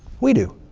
we do.